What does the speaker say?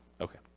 Okay